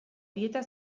dieta